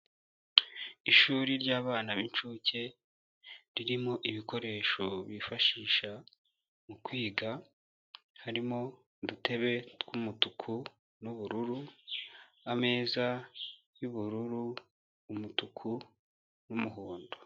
Ishuri ry'abana b'incuke ririmo ibikoresho bifashisha mu kwiga, harimo udutebe tw'umutuku n'ubururu, ameza y'ubururu, umutuku n'umuhondo.